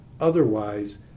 Otherwise